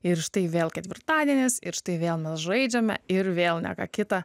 ir štai vėl ketvirtadienis ir štai vėl mes žaidžiame ir vėl ne ką kitą